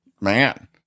man